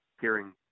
hearing